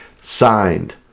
signed